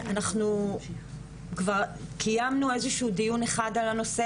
אנחנו כבר קיימנו איזשהו דיון אחד על הנושא,